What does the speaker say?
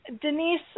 Denise